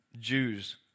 Jews